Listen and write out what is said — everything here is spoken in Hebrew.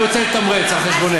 אני רוצה לתמרץ על חשבונךְ?